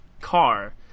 car